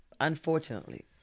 Unfortunately